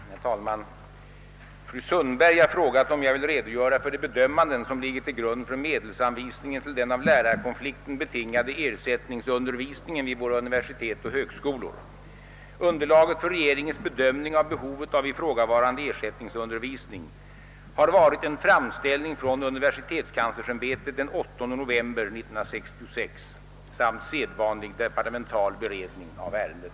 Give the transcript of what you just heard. Herr talman! Fru Sundberg har frågat om jag vill redogöra för de bemödanden, som ligger till grund för medelsanvisningen till den av lärarkonflikten betingade ersättningsundervisningen vid våra universitet och högskolor. Underlaget för regeringens bedömning av behovet av ifrågavarande ersättningsundervisning har varit en framställning från universitetskanslersämbetet den 8 november 1966 samt sedvanlig departemental beredning av ärendet.